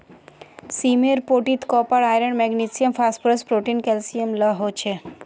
सीमेर पोटीत copper, iron, magnesium, phosphorus, protein, calcium ला हो छे